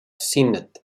sinned